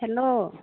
hello